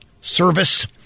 service